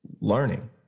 learning